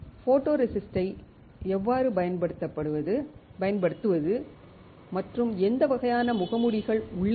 ஃபோட்டோரெசிஸ்ட்டை எவ்வாறு பயன்படுத்துவது மற்றும் எந்த வகையான முகமூடிகள் உள்ளன